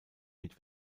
mit